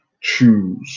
choose